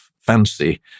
fancy